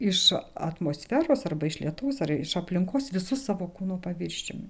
iš atmosferos arba iš lietaus ar iš aplinkos visu savo kūno paviršiumi